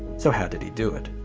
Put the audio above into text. so how did he do it?